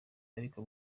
ariko